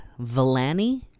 Valani